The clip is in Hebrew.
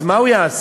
אז מה הוא יעשה?